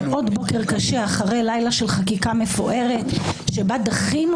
עוד בוקר קשה אחרי לילה של חקיקה מפוארת שבה דחינו